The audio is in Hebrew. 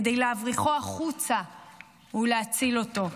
כדי להבריחו החוצה ולהציל אותו.